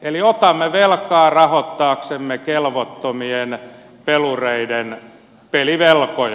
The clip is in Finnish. eli otamme velkaa rahoittaaksemme kelvottomien pelureiden pelivelkoja